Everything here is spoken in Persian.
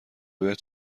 باید